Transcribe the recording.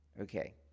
Okay